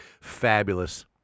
fabulous